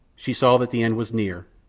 she saw that the end was near,